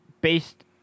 based